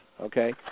okay